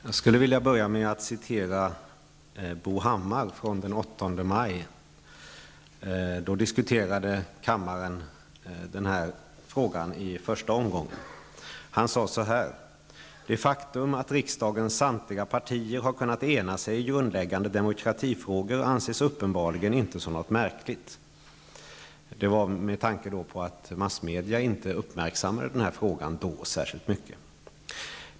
Fru talman! Jag vill börja med att citera vad Bo Hammar sade den 8 maj, då kammaren i första omgången diskuterade denna fråga. Han sade följande: ''Det faktum att riksdagens samtliga sex partier har kunnat ena sig i grundläggande demokratifrågor anses uppenbarligen inte som något märkligt.'' -- Detta sades mot bakgrund av att massmedia vid den tidpunkten inte uppmärksammade denna fråga särskilt mycket. ''